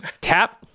tap